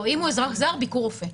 לא, אם הוא אזרח זר, ביקור רופא.